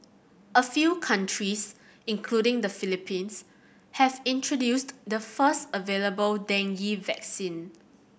a few countries including the Philippines have introduced the first available dengue vaccine